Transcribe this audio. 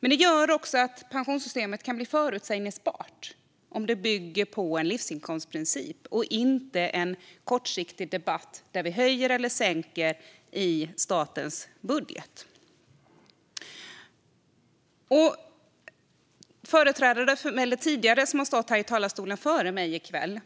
Det gör också att pensionssystemet kan bli förutsägbart om det bygger på en livsinkomstprincip och inte en kortsiktig debatt där vi höjer eller sänker i statens budget. De som har stått här i talarstolen före mig i kväll